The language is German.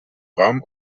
raum